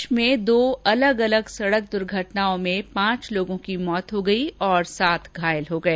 प्रदेश में दो अलग अलग सड़क दुर्घटनाओं में पांच लोगों की मौत हो गई और सात घायल हो गए